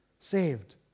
saved